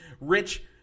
rich